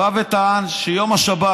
בא וטען שיום השבת